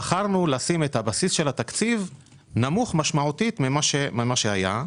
בחרנו לשים את הבסיס של התקציב נמוך משמעותית ממה שהיה.